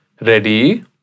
ready